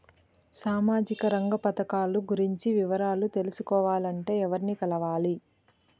సామాజిక రంగ పథకాలు గురించి వివరాలు తెలుసుకోవాలంటే ఎవర్ని కలవాలి?